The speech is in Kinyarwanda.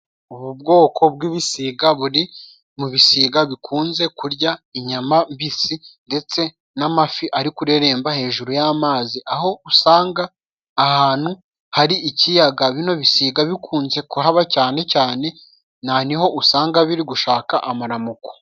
Ubu bwoko bw'ibisiga buri mu bisiga bikunze kurya inyama mbisi ndetse n'amafi ari kureremba hejuru y'amazi, aho usanga ahantu hari ikiyaga bino bisiga bikunze kuhaba cyane cyane. Na ni ho usanga biri gushaka amaramuko.